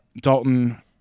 Dalton